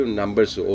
numbers